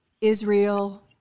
Israel